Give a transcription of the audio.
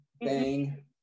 bang